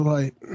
Light